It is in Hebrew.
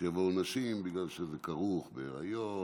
שיבואו נשים בגלל שזה כרוך בהיריון,